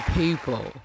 people